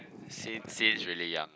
since since really young